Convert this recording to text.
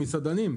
המסעדנים.